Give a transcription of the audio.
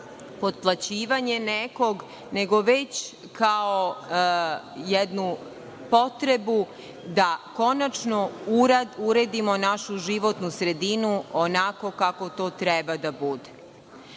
potptlaćivanje nekog, nego već kao jednu potrebu da konačno uredimo našu životnu sredinu, onako kako to treba da bude. Kao